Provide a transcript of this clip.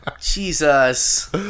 Jesus